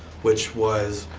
which was